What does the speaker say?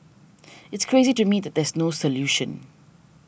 it's crazy to me that there's no solution